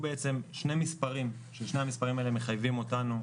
שני מספרים ושני המספרים האלה מחייבים אותנו,